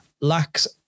lacks